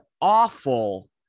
awful